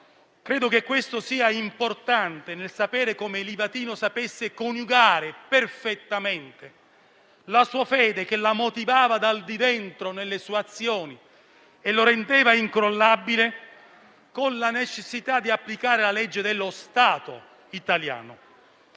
Credo sia importante sapere come Livatino sapesse coniugare perfettamente la sua fede, che lo motivava dal di dentro nelle sue azioni e lo rendeva incrollabile, con la necessità di applicare la legge dello Stato italiano.